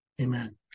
Amen